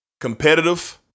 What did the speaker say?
Competitive